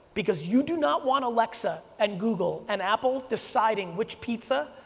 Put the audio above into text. because you do not want alexa, and google, and apple deciding which pizza,